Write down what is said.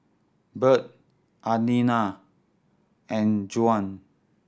Bird Adina and Juan